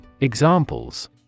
Examples